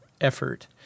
effort